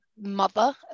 mother